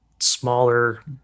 smaller